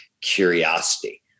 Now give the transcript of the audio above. curiosity